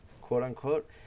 quote-unquote